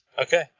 Okay